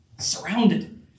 Surrounded